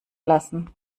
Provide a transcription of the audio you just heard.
lassen